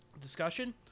discussion